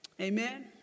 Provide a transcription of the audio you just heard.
Amen